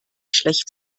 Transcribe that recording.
schlecht